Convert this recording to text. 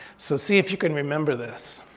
so see if you can remember this,